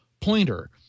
pointer